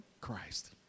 Christ